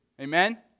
Amen